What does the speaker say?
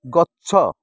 ଗଛ